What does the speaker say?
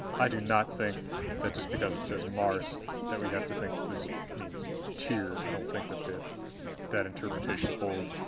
i do not think that just because it says mars that we have to think this means tyr i don't think that that that interpretation holds.